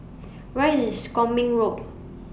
Where IS Kwong Min Road